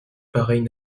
pareille